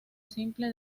simple